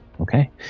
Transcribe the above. okay